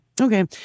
Okay